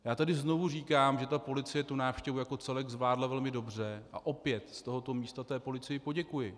Já tady znovu říkám, že policie tu návštěvu jako celek zvládla velmi dobře, a opět z tohoto místa té policii poděkuji.